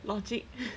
logic